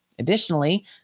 Additionally